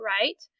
right